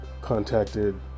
contacted